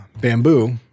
bamboo